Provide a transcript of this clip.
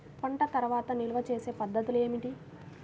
పంట తర్వాత నిల్వ చేసే పద్ధతులు ఏమిటి?